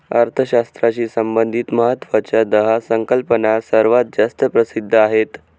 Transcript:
अर्थशास्त्राशी संबंधित महत्वाच्या दहा संकल्पना सर्वात जास्त प्रसिद्ध आहेत